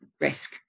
risk